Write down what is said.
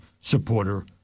supporter